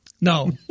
No